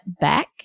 back